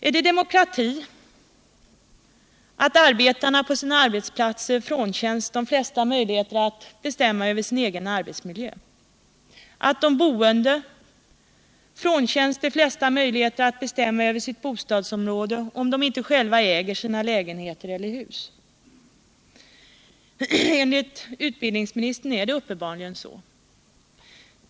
Är det demokrati att arbetarna på sin arbetsplats frånkänns de flesta möjligheter att bestämma över sin egen arbetsmiljö, att de boende frånkänns de flesta möjligheter att bestämma över sitt bostadsområde om de inte själva äger sina lägenheter eller hus? Enligt utbildningsministern är det uppenbarligen så.